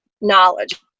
knowledge